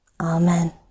Amen